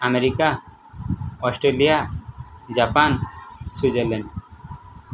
America Australia Japan Switzerland